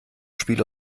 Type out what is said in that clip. spiel